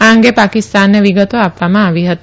આ અંગે પાકિસ્તાનને વિગતો આપવામાં આવી હતી